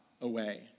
away